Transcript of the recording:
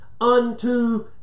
unto